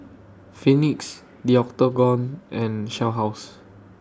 Phoenix The Octagon and Shell House